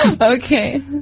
Okay